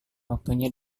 waktunya